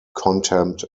contempt